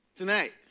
Tonight